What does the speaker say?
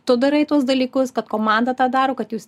tu darai tuos dalykus kad komanda tą daro kad jūs